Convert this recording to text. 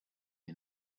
men